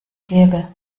gäbe